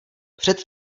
před